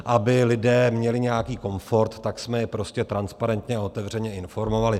Aby lidé měli nějaký komfort, tak jsme je prostě transparentně a otevřeně informovali.